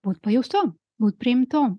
būt pajaustom būt priimtom